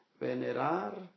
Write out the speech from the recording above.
Venerar